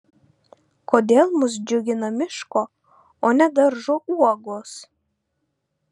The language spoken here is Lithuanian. kodėl mus džiugina miško o ne daržo uogos